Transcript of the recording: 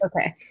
Okay